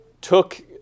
took